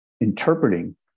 interpreting